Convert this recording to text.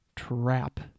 trap